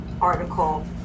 article